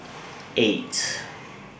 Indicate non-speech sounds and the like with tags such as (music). (noise) eight